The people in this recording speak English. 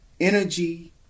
energy